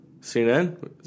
CNN